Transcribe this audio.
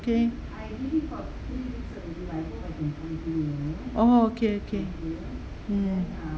okay oh okay okay